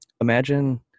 imagine